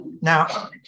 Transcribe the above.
Now